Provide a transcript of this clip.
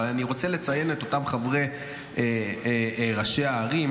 אבל אני רוצה לציין את אותם ראשי הערים